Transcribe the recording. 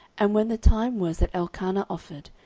and when the time was that elkanah offered,